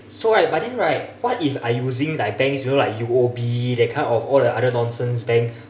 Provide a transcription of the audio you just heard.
so right but then right what if I using like banks you know like U_O_B that kind of all the other nonsense bank